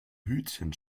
hütchen